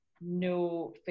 no